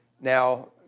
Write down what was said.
now